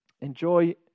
enjoy